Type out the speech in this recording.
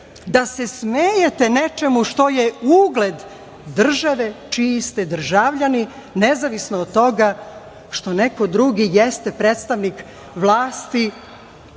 da se smejete nečemu što je ugled države čiji ste državljani, nezavisno od toga što neko drugi jeste predstavnik vlasti